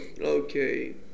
Okay